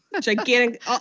Gigantic